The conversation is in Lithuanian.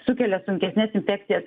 sukelia sunkesnes infekcijas